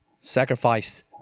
Sacrifice